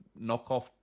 knockoff